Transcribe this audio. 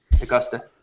Augusta